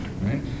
right